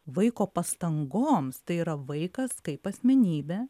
vaiko pastangoms tai yra vaikas kaip asmenybė